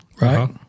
right